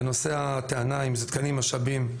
בנושא הטענה האם זה תקנים ומשאבים,